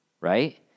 right